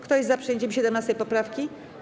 Kto jest za przyjęciem 17. poprawki?